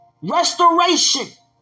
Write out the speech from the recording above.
Restoration